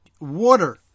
water